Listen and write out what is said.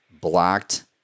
blocked